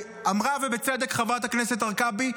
ואמרה ובצדק חברת הכנסת הרכבי,